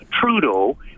Trudeau